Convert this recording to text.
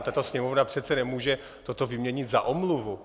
Tato Sněmovna přece nemůže toto vyměnit za omluvu.